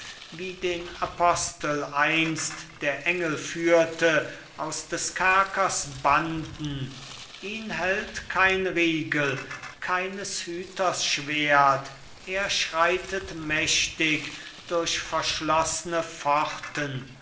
wie den apostel einst der engel führte aus des kerkers banden ihn hält kein riegel keines hüters schwert er schreitet mächtig durch verschloßne pforten